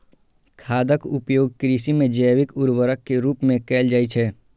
खादक उपयोग कृषि मे जैविक उर्वरक के रूप मे कैल जाइ छै